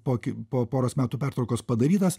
poki po poros metų pertraukos padarytas